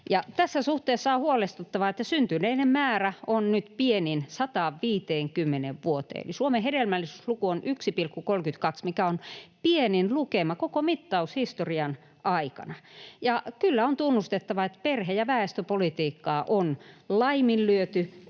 tässä suhteessa on huolestuttavaa, että syntyneiden määrä on nyt pienin 150 vuoteen. Suomen hedelmällisyysluku on 1,32, mikä on pienin lukema koko mittaushistorian aikana. Kyllä on tunnustettava, että perhe- ja väestöpolitiikkaa on laiminlyöty